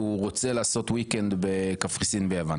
הוא רוצה לעשות weekend בקפריסין ויוון.